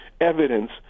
evidence